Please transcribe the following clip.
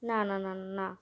না না না না